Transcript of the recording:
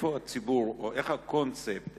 מה הקונספט,